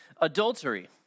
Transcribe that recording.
adultery